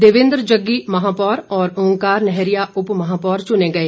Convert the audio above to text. देवेंद्र जग्गी महापौर और ओंकार नैहरिया उपमहापौर चुने गए